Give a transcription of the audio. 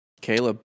Caleb